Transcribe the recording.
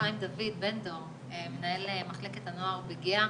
דוד בן דור, מנהל מחלקת הנוער בגהה.